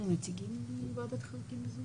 אירית ונשמע לגבי המדינות האדומות.